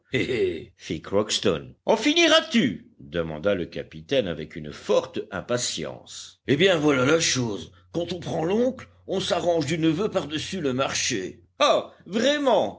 crockston en finiras tu demanda le capitaine avec une forte impatience eh bien voilà la chose quand on prend l'oncle on s'arrange du neveu par-dessus le marché ah vraiment